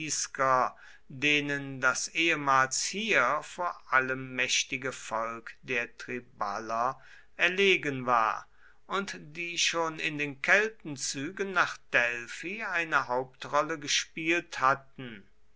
denen das ehemals hier vor allem mächtige volk der triballer erlegen war und die schon in den keltenzügen nach delphi eine hauptrolle gespielt hatten